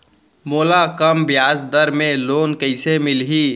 मोला कम ब्याजदर में लोन कइसे मिलही?